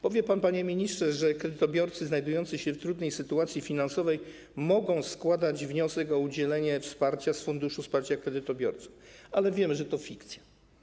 Powie pan, panie ministrze, że kredytobiorcy znajdujący się w trudnej sytuacji finansowej mogą składać wniosek o udzielenie wsparcia z Funduszu Wsparcia Kredytobiorców, ale wiemy, że to fikcja.